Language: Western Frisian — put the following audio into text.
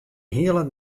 hiele